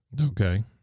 Okay